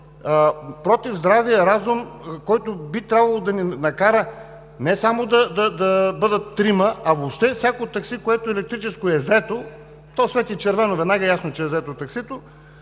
против здравия разум, който би трябвало да ни накара не само да бъдат трима, а въобще всяко такси, което е електрическо и е заето, то свети в червено – веднага става ясно, че таксито